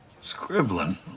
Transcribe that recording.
scribbling